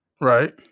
Right